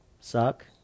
suck